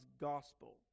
gospel